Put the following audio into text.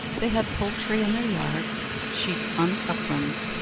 they had poultry in their yards, sheep on the uplands,